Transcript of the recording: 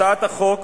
הצעת החוק